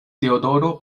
teodoro